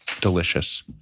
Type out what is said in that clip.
delicious